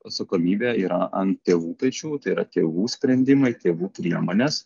atsakomybė yra ant tėvų pečių tai yra tėvų sprendimai tėvų priemonės